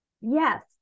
Yes